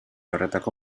horretako